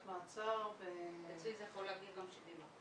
מעצר -- אצלי זה יכול להגיע גם ל-70%.